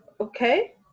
Okay